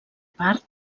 part